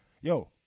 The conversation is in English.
yo